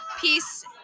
peace